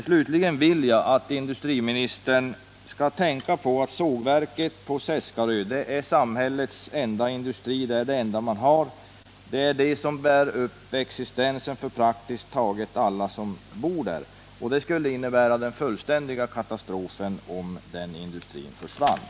Slutligen vill jag att industriministern skall tänka på att sågverket på Seskarö är samhällets enda industri, det som bär upp existensen för praktiskt taget alla som bor där. Om den industrin försvann, skulle det innebära en fullständig katastrof.